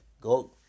Go